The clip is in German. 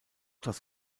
das